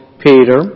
Peter